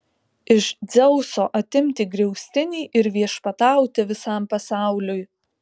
iš dzeuso atimti griaustinį ir viešpatauti visam pasauliui